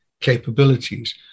capabilities